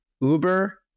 Uber